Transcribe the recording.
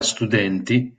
studenti